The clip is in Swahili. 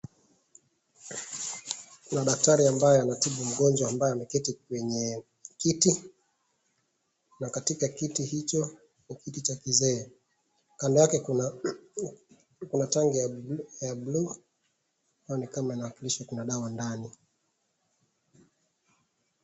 Kuna daktari ambaye anatibu mgonjwa ambaye ameketi kwenye kiti na katika kiti hicho, ni kiti cha kizee. Kando yake kuna tenki ya buluu, ni kama inawakilisha kuna dawa ndani.